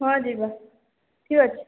ହଁ ଯିବା ଠିକ୍ ଅଛି